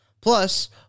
Plus